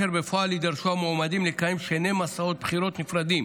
כאשר בפועל יידרשו המועמדים לקיים שני מסעות בחירות נפרדים